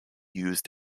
used